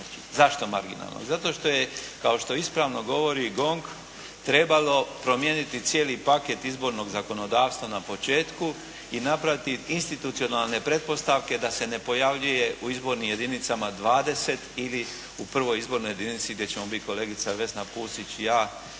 Zašto marginalnog? Zato što je kao što ispravno govori GONG trebalo promijeniti cijeli paket izbornog zakonodavstva na početku i napraviti institucionalne pretpostavke da se ne pojavljuje u izbornim jedinicama dvadeset ili u Prvoj izbornoj jedinici gdje ćemo bit kolegica Pusić i ja i još